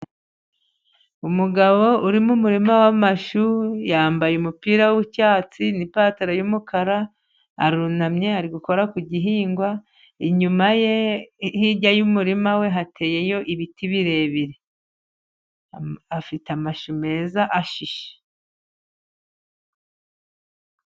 Umugabo uri mu murima w'amashu yambaye umupira w'icyatsi n'ipantaro yumukara, arunamye ari gukora ku gihingwa, inyuma ye hirya y'umurima we hateyeyo ibiti birebire, afite amashami meza ashishe.